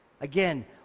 Again